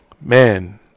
man